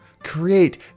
Create